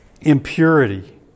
impurity